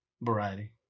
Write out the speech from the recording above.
Variety